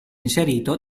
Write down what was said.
inserito